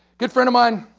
good friend of mine,